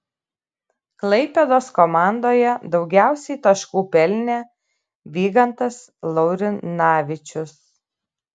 klaipėdos komandoje daugiausiai taškų pelnė vygantas laurinavičius